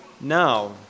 now